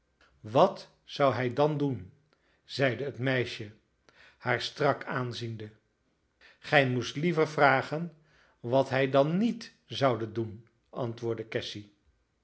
wat zou hij dan doen zeide het meisje haar strak aanziende gij moest liever vragen wat hij dan niet zoude doen antwoordde